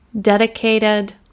dedicated